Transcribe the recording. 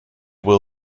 will